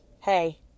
hey